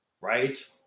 right